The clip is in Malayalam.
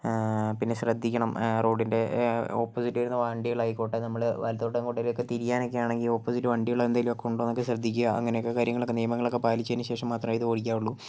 പിന്നെ ശ്രദ്ധിക്കണം റോഡിൻ്റെ ഓപ്പോസിറ്റ് വരുന്ന വണ്ടികളായിക്കോട്ടെ നമ്മൾ വലത്തോട്ട് എങ്ങോട്ടെങ്കിലുമൊക്കെ തിരിയാനൊക്കെ ആണെങ്കിൽ ഓപ്പോസിറ്റ് വണ്ടികൾ എന്തെങ്കിലുമൊക്കെ ഉണ്ടോയെന്നൊക്കെ ശ്രദ്ധിക്കുക അങ്ങനെയൊക്കെ കാര്യങ്ങളൊക്കെ നിയമങ്ങളൊക്കെ പാലിച്ചതിന് ശേഷം മാത്രമേ ഇത് ഓടിക്കാവൂ